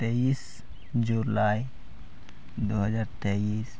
ᱛᱮᱭᱤᱥ ᱡᱩᱞᱟᱭ ᱫᱩ ᱦᱟᱡᱟᱨ ᱛᱮᱭᱤᱥ